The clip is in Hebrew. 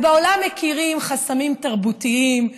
אז בעולם מכירים חסמים תרבותיים,